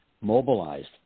mobilized